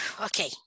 Okay